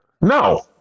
No